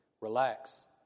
Relax